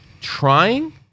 trying